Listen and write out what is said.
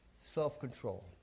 self-control